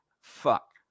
fuck